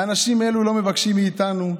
האנשים האלה לא מבקשים מאיתנו.